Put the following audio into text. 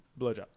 Blowjob